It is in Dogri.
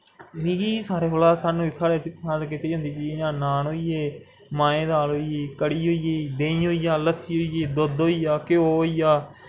मिगी सारें कोला दा पसंद कीती जंदी चीज़ जि'यां नान होईये माहें दी दाल होई गेई कढ़ी होई गेई देंही होईया लस्सी होई घ्यो होइया